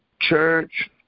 church